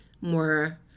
more